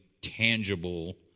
tangible